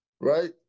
right